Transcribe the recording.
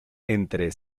entre